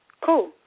Cool